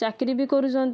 ଚାକିରୀ ବି କରୁଛନ୍ତି